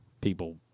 people